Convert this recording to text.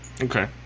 Okay